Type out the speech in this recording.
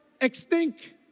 extinct